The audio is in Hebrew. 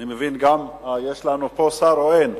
יש לנו פה שר או אין?